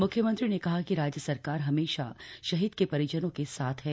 मुख्यमंत्री ने कहा कि राज्य सरकार हमेशा शहीद के परिजनों के साथ है